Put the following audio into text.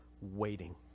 waiting